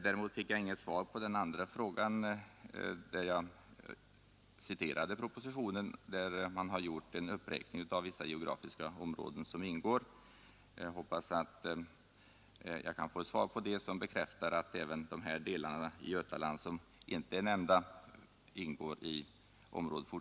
Däremot fick jag inget svar på den andra frågan. Jag citerade ur propositionen en uppräkning av vissa geografiska områden. Jag hoppas att jag kan få ett svar som bekräftar att även de delar i Götaland som inte är nämnda kommer att ingå i området.